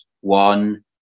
one